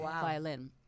violin